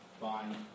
fine